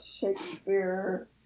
Shakespeare